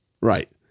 Right